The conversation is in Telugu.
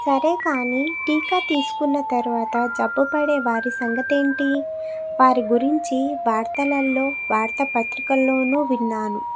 సరే కానీ టీకా తీసుకున్న తర్వాత జబ్బు పడే వారి సంగతేంటి వారి గురించి వార్తలల్లో వార్తాపత్రికల్లోనూ విన్నాను